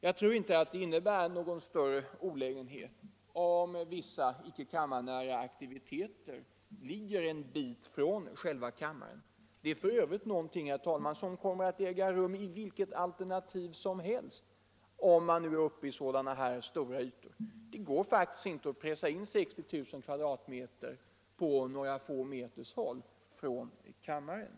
Jag tror inte att det är någon större olägenhet om vissa, icke kammarnära aktiviteter sker i utrymmen som ligger en bit från själva kammaren. Det är f. ö. någonting som kommer att bli fallet vilket alternativ man än väljer, när det rör sig om så stora ytor. Det går faktiskt inte att pressa in 60 000 m? på några få meters avstånd från kammaren.